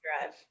drive